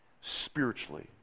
Spiritually